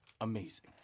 amazing